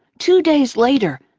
two days later,